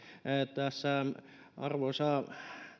tässä arvoisa